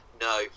No